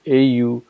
au